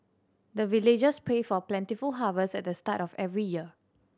the villagers pray for plentiful harvest at the start of every year